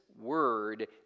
word